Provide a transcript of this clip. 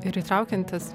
ir įtraukiantis